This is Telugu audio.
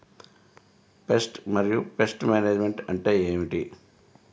పెస్ట్ మరియు పెస్ట్ మేనేజ్మెంట్ అంటే ఏమిటి?